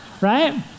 right